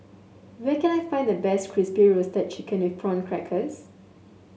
where can I find the best Crispy Roasted Chicken with Prawn Crackers